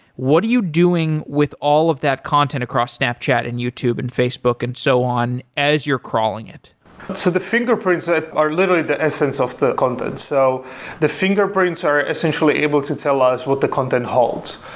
what are you doing with all of that content across snapchat and youtube and facebook and so on as you're crawling it so the fingerprints that are literally the essence of the contents. so the fingerprints are essentially able to tell us what the content holds.